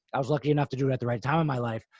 i was lucky enough to do it at the right time in my life.